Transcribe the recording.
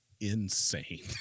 insane